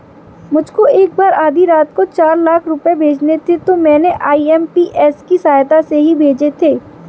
मुझको एक बार आधी रात को चार लाख रुपए भेजने थे तो मैंने आई.एम.पी.एस की सहायता से ही भेजे थे